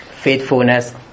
faithfulness